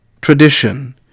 tradition